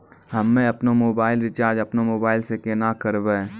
हम्मे आपनौ mobile recharge आपनौ मोबाइल से केना करवै?